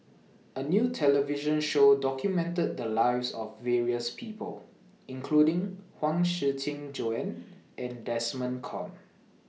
A New television Show documented The Lives of various People including Huang Shiqi Joan and Desmond Kon